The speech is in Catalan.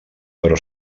però